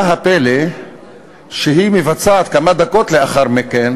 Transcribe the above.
מה הפלא שהיא מבצעת כמה דקות לאחר מכן